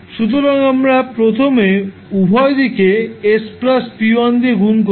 সুতরাং আমরা প্রথমে উভয় দিকে s p1 দিয়ে গুণ করব